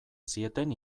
zieten